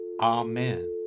Amen